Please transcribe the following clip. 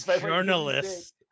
journalists